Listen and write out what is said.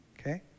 okay